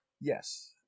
Yes